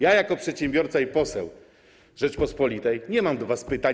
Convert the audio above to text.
Jako przedsiębiorca i poseł Rzeczypospolitej nie mam do was pytań.